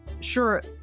sure